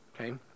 Okay